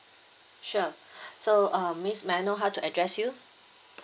sure so uh miss may I know how to address you